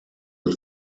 del